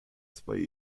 zwei